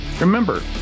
remember